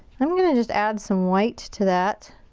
i'm gonna just add some white to that.